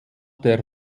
der